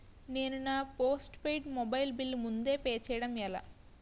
నేను నా postpaid mobile bill ముందే పే చేయడం ఎలా?